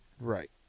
right